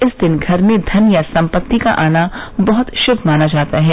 इस दिन घर में धन या सम्पत्ति का आना बहुत शुभ माना जाता है